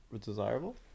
desirable